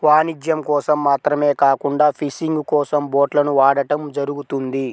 వాణిజ్యం కోసం మాత్రమే కాకుండా ఫిషింగ్ కోసం బోట్లను వాడటం జరుగుతుంది